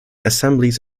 assemblies